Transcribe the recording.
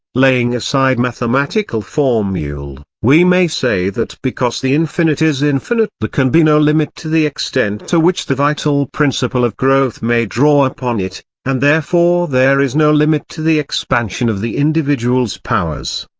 laying aside mathematical formulae, we may say that because the infinite is infinite there can be no limit to the extent to which the vital principle of growth may draw upon it, and therefore there is no limit to the expansion of the individual's powers.